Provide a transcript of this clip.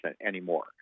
anymore